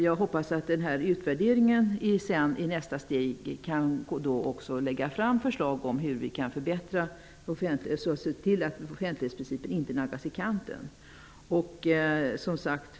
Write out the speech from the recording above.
Jag hoppas att denna utvärdering i nästa steg kan leda fram till förslag om hur vi kan förbättra offentlighetsprincipen så att den inte naggas i kanten.